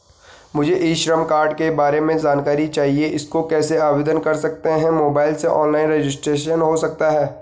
मुझे E Shram card के बारे में जानकारी चाहिए इसको कैसे आवेदन कर सकते हैं मोबाइल से ऑनलाइन रजिस्ट्रेशन हो सकता है?